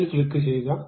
അതിൽ ക്ലിക്കുചെയ്യുക